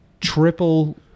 triple